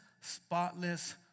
spotless